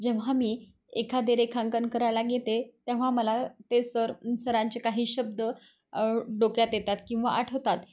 जेव्हा मी एखादे रेखांकन करायला घेते तेव्हा मला ते सर सरांचे काही शब्द डोक्यात येतात किंवा आठवतात